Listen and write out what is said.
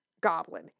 goblin